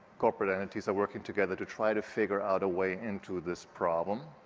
corporate entities are working together to try to figure out a way into this problem.